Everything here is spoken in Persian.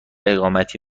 اقامتی